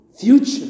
future